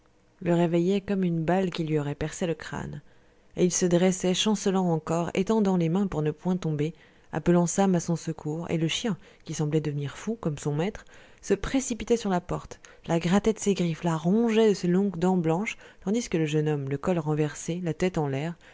le réveillait comme une balle qui lui aurait percé le crâne et il se dressait chancelant encore étendant les mains pour ne point tomber appelant sam à son secours et le chien qui semblait devenir fou comme son maître se précipitait sur la porte la grattait de ses griffes la rongeait de ses longues dents blanches tandis que le jeune homme le col renversé la tête en l'air